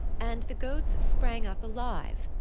and the goats sprang up alive,